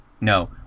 No